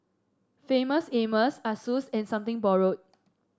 Famous Amos Asus and Something Borrowed